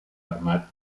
armat